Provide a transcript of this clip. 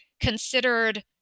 considered